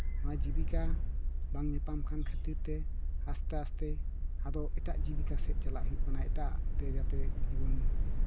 ᱚᱱᱟ ᱡᱤᱵᱤᱠᱟ ᱵᱟᱝ ᱧᱟᱯᱟᱢ ᱠᱟᱱ ᱠᱷᱟᱹᱛᱤᱨ ᱛᱮ ᱟᱥᱛᱮ ᱟᱥᱛᱮ ᱟᱫᱚ ᱮᱴᱟᱜ ᱡᱤᱵᱤᱠᱟ ᱥᱮᱫ ᱪᱟᱞᱟᱜ ᱦᱩᱭᱩᱜ ᱠᱟᱱᱟ ᱮᱴᱟᱜ ᱟᱜ ᱛᱮ ᱡᱟᱛᱮ ᱡᱤᱵᱚᱱ